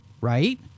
Right